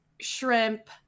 shrimp